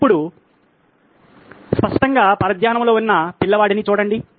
ఇప్పుడు స్పష్టంగా పరధ్యానంలో ఉన్న పిల్లవాడిని చూడండి